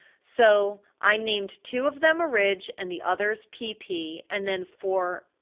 so i named two of them orig and the others pp, and then for,